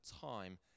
time